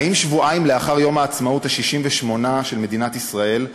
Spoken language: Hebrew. האם שבועיים לאחר יום העצמאות ה-68 של מדינת ישראל,